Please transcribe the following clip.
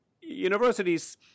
universities